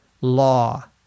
law